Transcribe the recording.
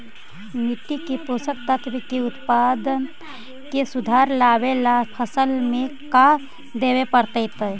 मिट्टी के पोषक तत्त्व और उत्पादन में सुधार लावे ला फसल में का देबे पड़तै तै?